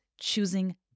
choosing